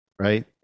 Right